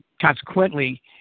Consequently